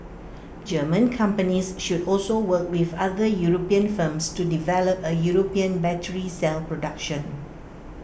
German companies should also work with other european firms to develop A european battery cell production